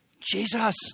Jesus